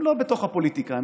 הן לא בתוך הפוליטיקה,